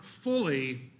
fully